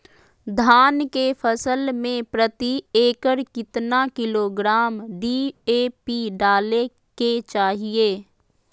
धान के फसल में प्रति एकड़ कितना किलोग्राम डी.ए.पी डाले के चाहिए?